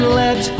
let